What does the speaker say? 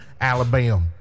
Alabama